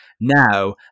now